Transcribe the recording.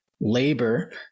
labor